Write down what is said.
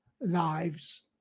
lives